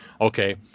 okay